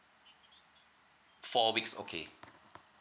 four weeks okay